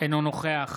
אינו נוכח